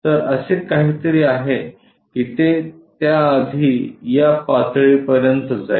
तर असे काहीतरी आहे की ते त्याआधी या पातळीपर्यंत जाईल